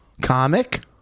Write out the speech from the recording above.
Comic